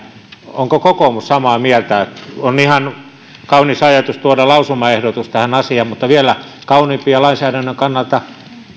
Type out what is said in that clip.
onko kokoomus samaa mieltä on ihan kaunis ajatus tuoda lausumaehdotus tähän asiaan mutta vielä kauniimpi ja lainsäädännön kannalta